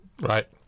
Right